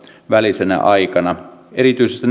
välisenä aikana erityisesti